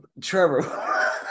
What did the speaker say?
Trevor